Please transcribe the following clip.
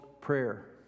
prayer